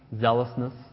zealousness